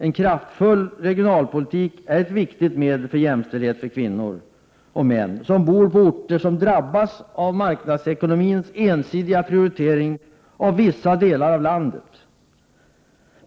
En kraftfull regionalpolitik är ett viktigt medel för jämställdhet mellan kvinnor och män, som bor på orter som drabbas av marknadsekonomins ensidiga prioritering av vissa delar av landet.